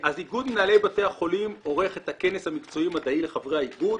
אז איגוד מנהלי בתי החולים עורך את הכנס המקצועי מדעי לחברי האיגוד.